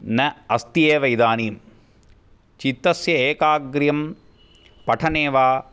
न अस्ति एव इदानीम् चित्तस्य एकाग्र्यं पठने वा